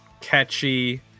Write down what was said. catchy